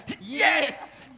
Yes